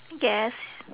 yes